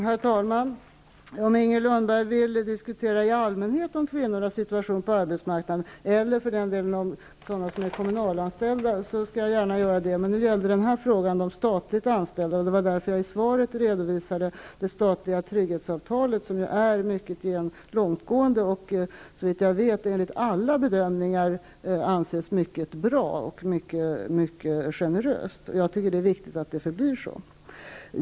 Herr talman! Om Inger Lundberg vill föra en diskussion i allmänhet om kvinnornas situation på arbetsmarknaden eller för den delen om förhållan dena för sådana som är kommunalanställda skall jag gärna göra det. Men frågan gällde de statligt anställda, och det var därför som jag i svaret redovi sade det statliga trygghetsavtalet som ju är mycket långtgående och såvitt jag vet enligt alla bedömningar anses mycket bra och mycket generöst. Jag tycker det är viktigt att det förblir så.